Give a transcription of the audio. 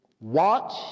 watch